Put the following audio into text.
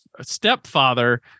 stepfather